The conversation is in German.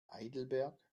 heidelberg